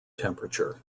temperature